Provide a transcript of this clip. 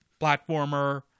platformer